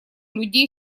людей